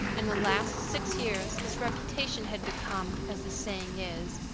in the last six years his reputation had become, as the saying is,